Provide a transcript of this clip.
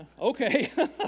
Okay